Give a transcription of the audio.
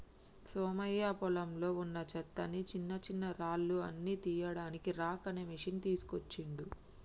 సోమయ్య పొలంలో వున్నా చెత్తని చిన్నచిన్నరాళ్లు అన్ని తీయడానికి రాక్ అనే మెషిన్ తీస్కోచిండు